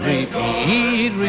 Repeat